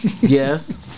Yes